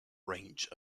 range